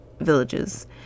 villages